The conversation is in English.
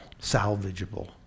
salvageable